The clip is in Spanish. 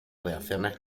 reacciones